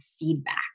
feedback